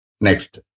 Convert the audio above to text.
Next